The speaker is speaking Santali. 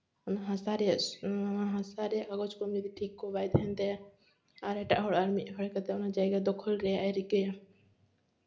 ᱦᱟᱥᱟ ᱨᱮᱭᱟᱜ ᱦᱟᱥᱟ ᱨᱮᱭᱟᱜ ᱠᱟᱜᱚᱡᱽ ᱠᱚ ᱡᱩᱫᱤ ᱴᱷᱤᱠ ᱠᱚ ᱵᱟᱭ ᱛᱟᱦᱮᱱ ᱛᱟᱭᱟ ᱟᱨ ᱮᱴᱟᱜ ᱦᱚᱲ ᱟᱨ ᱢᱤᱫ ᱦᱚᱲ ᱦᱮᱡ ᱠᱟᱛᱮᱜ ᱚᱱᱟ ᱡᱟᱭᱜᱟ ᱫᱚᱠᱷᱚᱞ ᱨᱮᱭᱟᱜᱼᱮ ᱨᱤᱠᱟᱹᱭᱟ